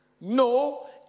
no